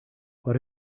what